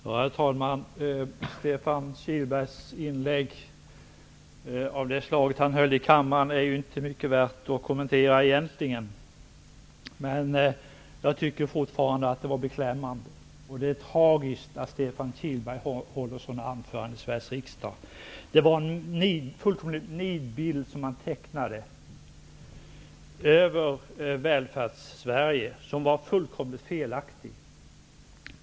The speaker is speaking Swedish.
Herr talman! Inlägg av det slag som Stefan Kihlberg höll i kammaren är egentligen inte mycket att kommentera. Jag tycker fortfarande att hans inlägg var beklämmande, och det är tragiskt att Stefan Kihlberg håller sådana anföranden i Sveriges riksdag. Han tecknade en verklig nidbild av Välfärdssverige, som var fullständigt felaktig.